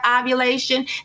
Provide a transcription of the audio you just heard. ovulation